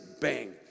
bang